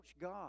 God